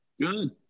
Good